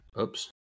Oops